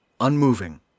Unmoving